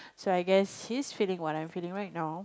so I guess he's feeling what I'm feeling right now